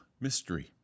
mystery